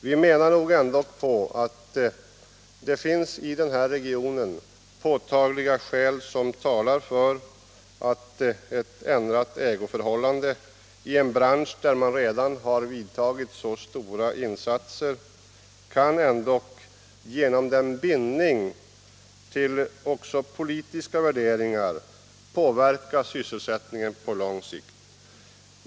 Vi menar att i den här regionen finns påtagliga skäl som talar för att ett ändrat ägoförhållande — i en bransch där man redan har gjort så stora insatser — kan påverka sysselsättningen på lång sikt genom bindningen till även politiska värderingar.